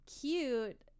cute